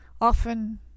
Often